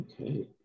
Okay